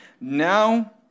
Now